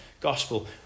gospel